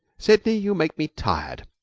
sidney, you make me tired,